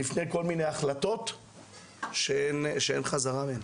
לפני כל מיני החלטות שאין חזרה מהן.